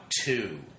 Two